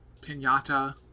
Pinata